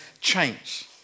change